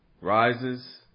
rises